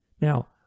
Now